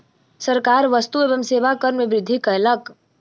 सरकार वस्तु एवं सेवा कर में वृद्धि कयलक